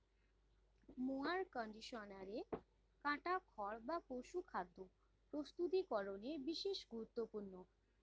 mower কন্ডিশনারে কাটা খড় বা পশুখাদ্য প্রস্তুতিকরনে বিশেষ গুরুত্বপূর্ণ